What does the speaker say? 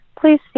Please